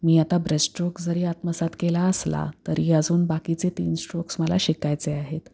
मी आता ब्रेस्टस्ट्रोक्स जरी आत्मसात केला असला तरी अजून बाकीचे तीन स्ट्रोक्स मला शिकायचे आहेत